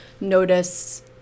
notice